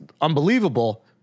unbelievable